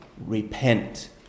repent